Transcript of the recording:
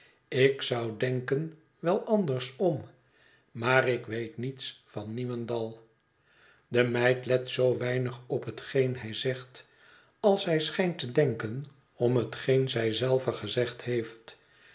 ik zou denken wel andersom maar ik weet niets van niemendal de meid let zoo weinig op hetgeen hij zegt als zij schijnt te denken om hetgeen zij zelve gezegd heeft